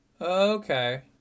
Okay